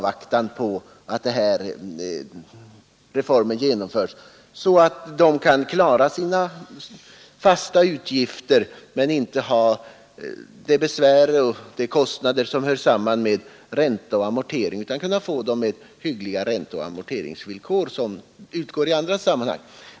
Då kan de klara sina fasta utgifter och de kostnader som hör samman med räntor och amorteringar. De borde kunna få låna på de hyggliga ränteoch amorteringsvillkor som gäller i andra sammanhang.